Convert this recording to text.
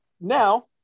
now